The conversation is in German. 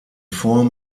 form